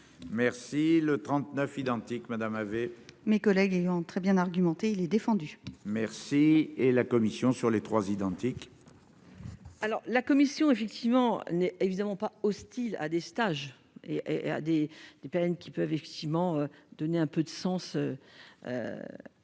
Merci le 39 identique Madame avait. Mes collègues ayant très bien argumenté, il est défendu. Merci et la commission sur les trois identique. Alors la commission effectivement n'est évidemment pas hostile à des stages et des des peines qui peuvent effectivement donner un peu de sens à ce qui est